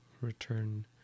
return